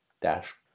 dash